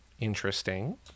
Interesting